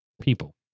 people